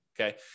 okay